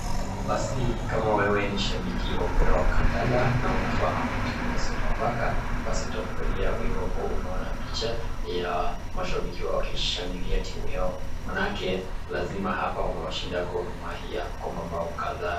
Basi kama wewe ni shabiki wa mpira wa kandanda na unafahamu timu ya sofa paka basi utafurahia iwapo unaona picha ya mashabiki wakishangilia timu yao manake lazima hapa wamewashinda Gor Mahia kwa mabao kadhaa.